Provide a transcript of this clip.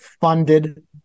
funded